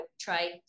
try